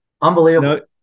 unbelievable